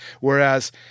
Whereas